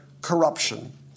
corruption